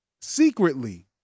secretly